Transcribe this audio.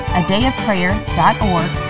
adayofprayer.org